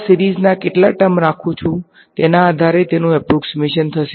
આ સીરીઝ ના કેટલા ટર્મ રાખું છું તેના આધારે તેનુ એપ્રોક્ષીમેશન હશે